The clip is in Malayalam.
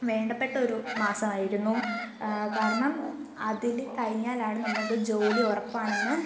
വേണ്ടപ്പെട്ട ഒരു മാസമായിരുന്നു കാരണം അതില് കഴിഞ്ഞാലാണ് നമുക്ക് ജോലി ഉറപ്പാണെന്ന്